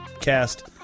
Cast